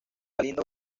galindo